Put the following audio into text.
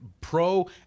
pro